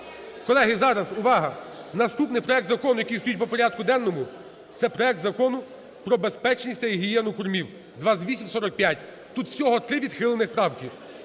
Колеги, зараз, увага! Наступний проект закону, який стоїть по порядку денному, це проект Закону про безпечність та гігієну кормів (2845). Тут всього три відхилених правки.